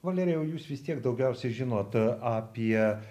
valerijau jūs vis tiek daugiausiai žinot apie